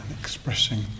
expressing